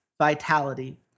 Vitality